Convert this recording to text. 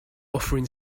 offering